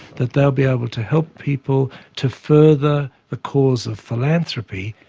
that they'll be able to help people to further the cause of philanthropy,